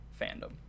fandom